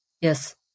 yes